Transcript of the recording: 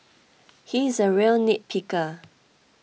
he is a real nitpicker